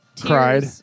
cried